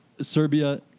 Serbia